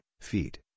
Feet